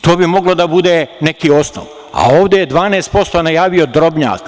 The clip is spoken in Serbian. To bi moglo da bude neki osnov, a ovde je 12% najavio Drobnjak.